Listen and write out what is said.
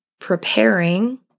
preparing